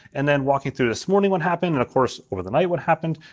and then walk you through this morning what happened. and of course over the night what happened.